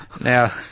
Now